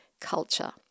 culture